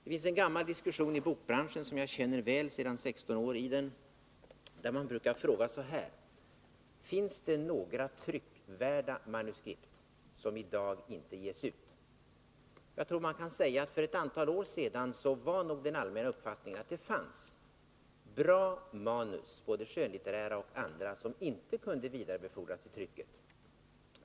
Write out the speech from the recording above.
Det finns en gammal diskussion inom bokbranschen, som jag känner väl efter 16 år i den, där man brukar föra fram frågan: Finns det några tryckvärda manuskript som i dag inte ges ut? För ett antal år sedan var nog den allmänna uppfattningen att det fanns bra manus, både skönlitterära och andra, som inte kunde vidarebefordras till trycket.